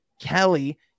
Kelly